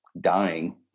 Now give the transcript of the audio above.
dying